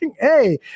Hey